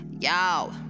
Y'all